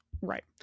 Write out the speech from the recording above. right